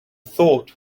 thought